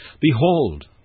behold